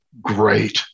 great